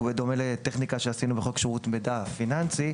ובדומה לטכניקה שעשינו בחוק שירות מידע פיננסי,